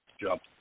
Jump